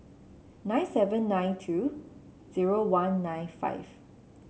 nine seven nine two zero one nine five